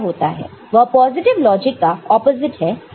वह positive logic का opposite है